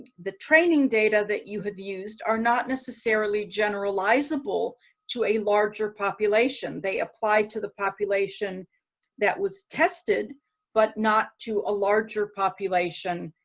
the training data that you have used are not necessarily generalizable to a larger population. they apply to the population that was tested but not to a larger population,